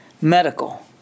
medical